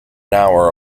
hour